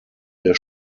der